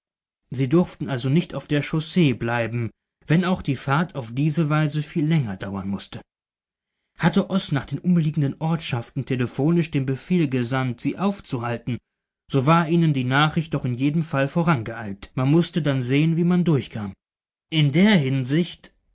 sie durften also nicht auf der chaussee bleiben wenn auch die fahrt auf diese weise viel länger dauern mußte hatte oß nach den umliegenden ortschaften telephonisch den befehl gesandt sie aufzuhalten so war ihnen die nachricht doch in jedem fall vorangeeilt man mußte dann sehen wie man durchkam in der hinsicht